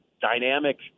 dynamic